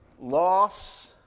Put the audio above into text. Loss